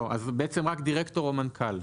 אז רק דירקטור או מנכ"ל.